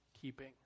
keeping